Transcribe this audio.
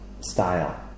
style